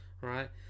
right